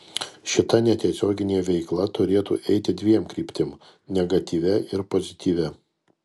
šita netiesioginė veikla turėtų eiti dviem kryptim negatyvia ir pozityvia